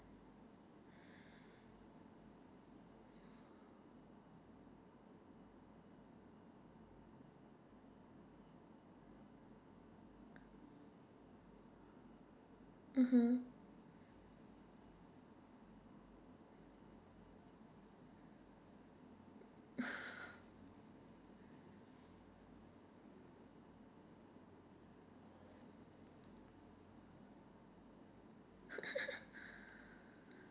mmhmm